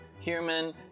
human